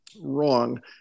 wrong